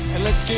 and let's